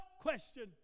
question